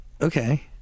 okay